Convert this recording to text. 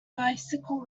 bicycle